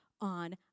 on